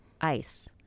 ice